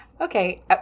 okay